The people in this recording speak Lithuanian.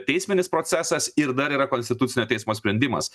teisminis procesas ir dar yra konstitucinio teismo sprendimas